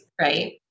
right